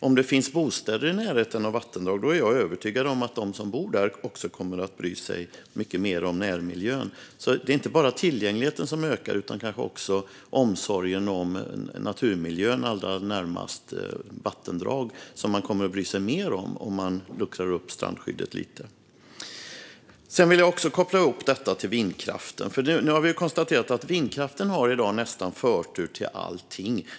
Om det finns bostäder i närheten av vattendrag är jag övertygad om att de som bor där också kommer att bry sig mycket mer om närmiljön. Det är alltså inte bara tillgängligheten som ökar utan kanske också omsorgen om naturmiljön allra närmast vattendrag, att man kommer att bry sig mer om den om strandskyddet luckras upp lite grann. Jag vill även koppla ihop detta med vindkraften. Nu har vi konstaterat att vindkraften i dag har förtur till nästan allting.